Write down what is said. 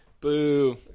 Boo